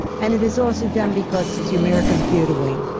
and it is also done because it's the american theatre wing.